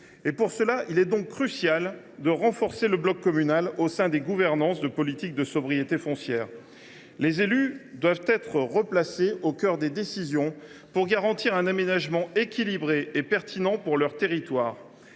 Pour cela, il est crucial de renforcer le bloc communal au sein de la gouvernance des politiques de sobriété foncière. Les élus doivent être replacés au cœur des décisions pour garantir un aménagement équilibré et pertinent de leurs territoires.